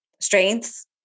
Strength